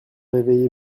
réveillé